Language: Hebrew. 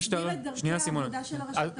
הנוהל מסדיר את דרכי העבודה של רשויות האכיפה.